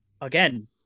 again